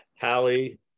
Hallie